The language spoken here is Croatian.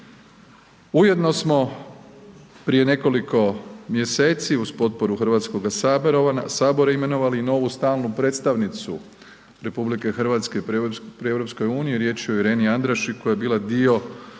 Ujedno smo prije nekoliko mjeseci uz potporu Hrvatskoga sabora imenovali i novu stalnu predstavnicu RH pri EU, riječ je o Ireni Andrassy koja je bila dio